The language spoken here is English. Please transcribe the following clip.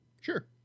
Sure